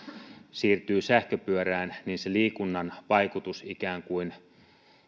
siirtyy sähköpyörään niin se liikunnan vaikutus ikään kuin